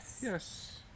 Yes